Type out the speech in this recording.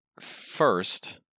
First